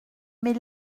mais